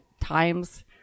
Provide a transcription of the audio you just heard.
times